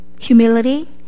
humility